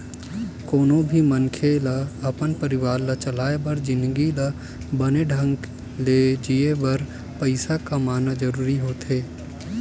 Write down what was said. कोनो भी मनखे ल अपन परवार ला चलाय बर जिनगी ल बने ढंग ले जीए बर पइसा कमाना जरूरी होथे